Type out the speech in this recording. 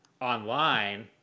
Online